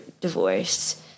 divorced